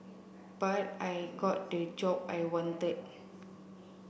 but I got the job I wanted